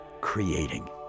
creating